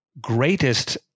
greatest